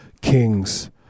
kings